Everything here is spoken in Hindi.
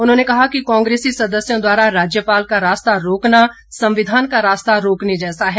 उन्होंने कहा कि कांग्रेसी सदस्यों द्वारा राज्यपाल का रास्ता रोकना संविधान का रास्ता रोकने जैसा है